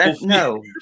No